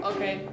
Okay